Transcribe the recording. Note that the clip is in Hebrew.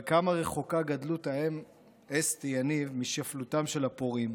אבל כמה רחוקה גדלות האם אסתי יניב משפלותם של הפורעים.